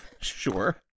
Sure